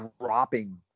dropping